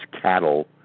cattle